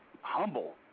humble